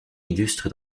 illustre